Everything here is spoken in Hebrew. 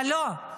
אבל לא,